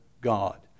God